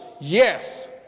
Yes